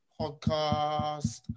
podcast